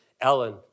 Ellen